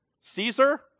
Caesar